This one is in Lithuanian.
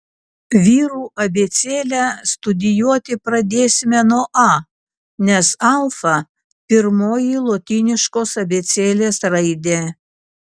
vyrų abėcėlę studijuoti pradėsime nuo a nes alfa pirmoji lotyniškos abėcėlės raidė